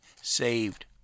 saved